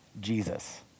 Jesus